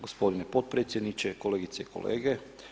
Gospodine potpredsjedniče, kolegice i kolege.